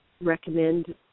recommend